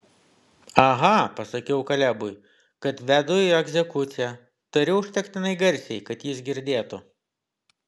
aha pasakiau kalebui kad vedu į egzekuciją tariu užtektinai garsiai kad jis girdėtų